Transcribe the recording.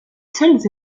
seuls